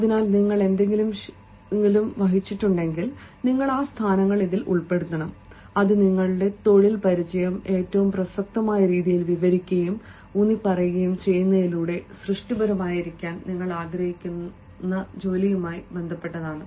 അതിനാൽ നിങ്ങൾ എന്തെങ്കിലും ശേഷി വഹിച്ചിട്ടുണ്ടെങ്കിൽ നിങ്ങൾ സ്ഥാനങ്ങൾ ഉൾപ്പെടുത്തണം അത് നിങ്ങളുടെ തൊഴിൽ പരിചയം ഏറ്റവും പ്രസക്തമായ രീതിയിൽ വിവരിക്കുകയും ഉന്നിപ്പറയുകയും ചെയ്യുന്നതിലൂടെ സൃഷ്ടിപരമായിരിക്കാൻ നിങ്ങൾ ആഗ്രഹിക്കുന്ന ജോലിയുമായി ബന്ധപ്പെട്ടതാണ്